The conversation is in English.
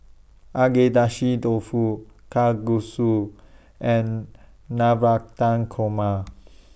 Agedashi Dofu Kalguksu and Navratan Korma